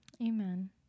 Amen